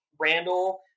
Randall